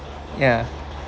ya